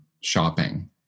shopping